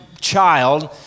child